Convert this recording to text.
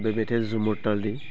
बे मेथाइया जुमुर तालनि